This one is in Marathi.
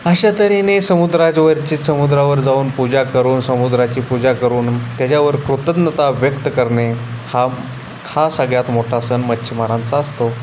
अशा तऱ्हेने समुद्राच्या वरचे समुद्रावर जाऊन पूजा करून समुद्राची पूजा करून त्याच्यावर कृतज्ञता व्यक्त करणे हा हा सगळ्यात मोठा सण मच्छीमारांचा असतो